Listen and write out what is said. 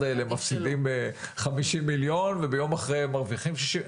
האלה מפסדים 50 מיליון וביום אחרי הם מרוויחים 60 מיליון,